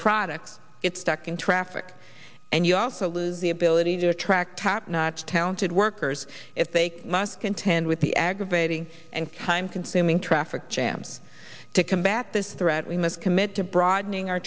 products get stuck in traffic and you also lose the ability to attract top notch talented workers if they must contend with the aggravating and time consuming traffic jams to combat this threat we must commit to broadening our